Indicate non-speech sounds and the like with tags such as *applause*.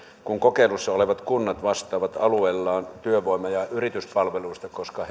kun kokeilussa olevat kunnat vastaavat alueillaan työvoima ja yrityspalveluista koska *unintelligible*